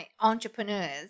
entrepreneurs